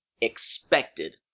expected